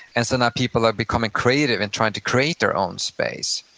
and so now people are becoming creative and trying to create their own space.